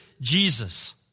Jesus